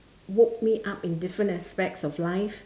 woke me up in different aspects of life